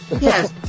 Yes